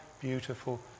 beautiful